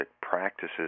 practices